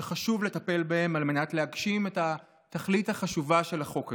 שחשוב לטפל בהם על מנת להגשים את התכלית החשובה של החוק הזה.